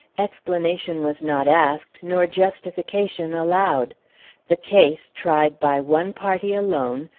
explanation was not asked, nor justification allowed the case, tried by one party alone,